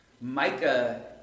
Micah